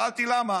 שאלתי למה.